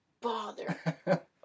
bother